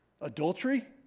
Adultery